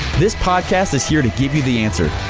this podcast is here to give you the answer.